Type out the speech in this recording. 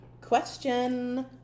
question